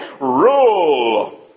rule